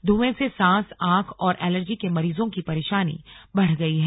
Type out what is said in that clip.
धुएं से सांस आंख और एलर्जी के मरीजों की परेशानी बढ़ गई है